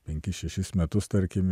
penkis šešis metus tarkim